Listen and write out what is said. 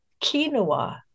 quinoa